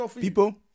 People